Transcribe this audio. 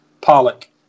Pollock